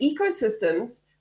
ecosystems